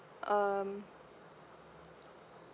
um